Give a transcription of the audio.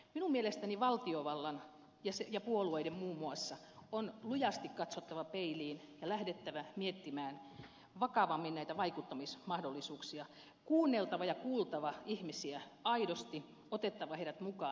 minun mielestäni valtiovallan ja puolueiden muun muassa on lujasti katsottava peiliin ja lähdettävä miettimään vakavammin näitä vaikuttamismahdollisuuksia kuunneltava ja kuultava ihmisiä aidosti otettava heidät mukaan